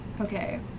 Okay